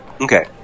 Okay